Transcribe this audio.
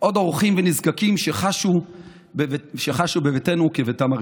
עוד אורחים ונזקקים, שחשו בביתנו כבביתם הראשון.